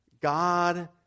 God